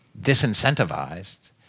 disincentivized